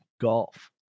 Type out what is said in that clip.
golf